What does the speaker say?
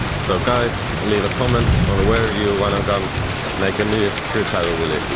so guys leave a comment on where you wanna come make a new street battle willy